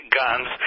guns